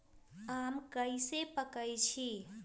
आम कईसे पकईछी?